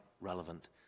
relevant